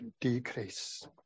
decrease